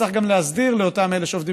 צריך גם להסדיר לאותם אלה שעובדים